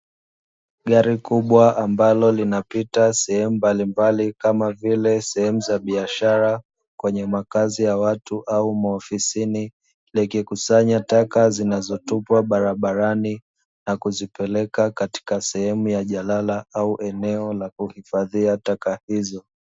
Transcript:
Gari kubwa ambalo linapita sehemu mbalimbali kama vile sehemu za biashara kwenye makazi ya watu au maofisini, likikusanya taka zinazotupwa barabarani na kuzipeleka katika sehemu ya jalala au eneo la kuhifadhia taka hizo.